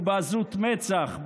ובעזות מצח,